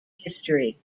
history